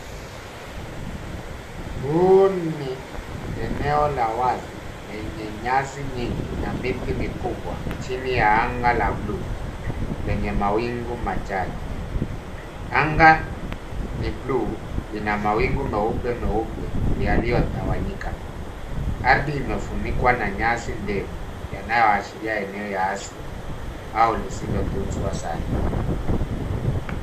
Huu ni eneo la wazi, lenye nyasi nyingi na miti mikubwa chini ya anga la bluu, lenye mawingu machache. Anga ni bluu, lina mawingu meupe meupe yaliyotawanyika. Ardhi imefunikwa na nyasi ndefu ,yanayoashiria eneo ya asili au lisilotunzwa sana.